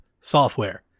software